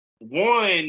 one